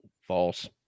False